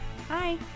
Hi